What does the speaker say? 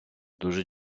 дуже